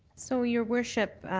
so, your worship,